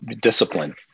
discipline